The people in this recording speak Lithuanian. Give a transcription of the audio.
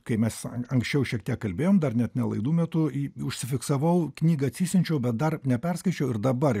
kai mes anksčiau šiek tiek kalbėjom dar net ne laidų metu į užsifiksavau knygą atsisiunčiau bet dar neperskaičiau ir dabar